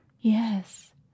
Yes